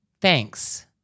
Thanks